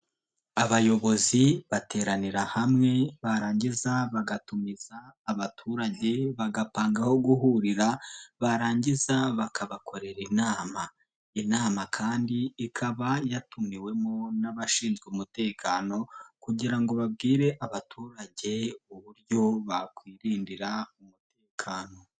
Abayobozi bateranira hamwe barangiza bagatumiza abaturage bagapanga aho guhurira, barangiza bakabakorera inama. Inama kandi ikaba yatumiwemo n'abashinzwe umutekano kugira ngo babwire abaturage uburyo bakwirindira umutekano.